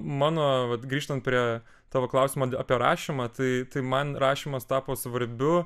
mano vat grįžtant prie tavo klausimo apie rašymą tai tai man rašymas tapo svarbiu